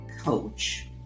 coach